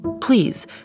please